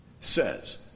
says